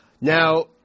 Now